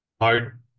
Hard